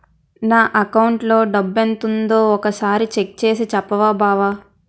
నా అకౌంటులో డబ్బెంతుందో ఒక సారి చెక్ చేసి చెప్పవా బావా